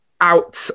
out